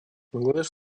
бангладеш